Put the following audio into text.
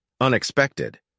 Unexpected